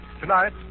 Tonight